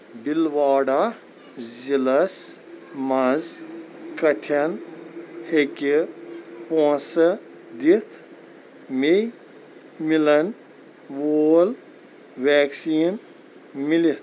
بِلواڑہ ضلعس مَنٛز کٔتٮ۪ن ہیٚکہِ پونٛسہٕ دِتھ مےٚ مِلن وول ویکسیٖن مِلِتھ؟